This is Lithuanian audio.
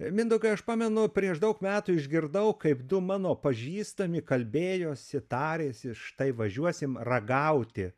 mindaugai aš pamenu prieš daug metų išgirdau kaip du mano pažįstami kalbėjosi tarėsi štai važiuosim ragauti